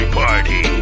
party